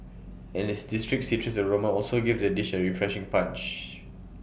and its distinct citrus aroma also gives the dish A refreshing punch